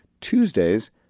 Tuesdays